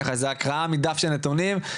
ככה איזו הקראה מדף של הנתונים,